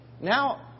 Now